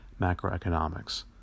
macroeconomics